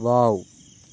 wow